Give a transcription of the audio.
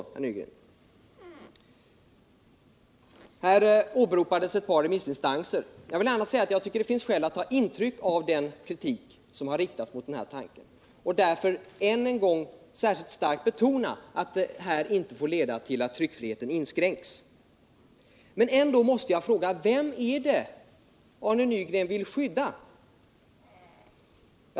Arne Nygren åberopade ett par remissinstanser. Jag tycker det finns skäl att ta intryck av den kritik som har riktats mot den här tanken. Jag vill därför än en gång särskilt starkt betona att det här förslaget inte får leda till att tryckfriheten inskränks. Men ändå måste jag fråga: Vem är det som Arne Nygren vill skydda?